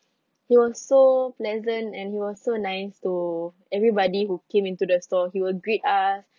he was so pleasant and he was so nice to everybody who came into the store he would greet us